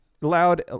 loud